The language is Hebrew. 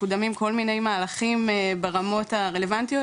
מקודמים כל מיני מהלכים ברמות הרלוונטיות,